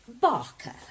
Barker